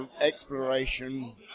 exploration